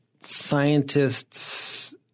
scientists